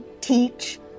teach